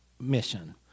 mission